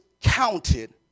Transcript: counted